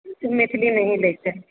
मैथिलीमे ही लैत छै